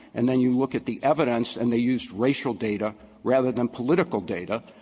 and then you look at the evidence and they used racial data rather than political data,